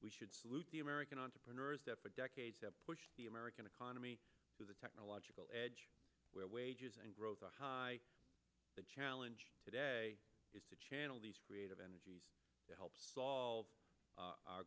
we should salute the american entrepreneurs that for decades have pushed the american economy through the technological edge where wages and growth the high the challenge today is to channel these creative energies to help solve